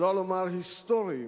שלא לומר היסטוריים,